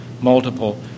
multiple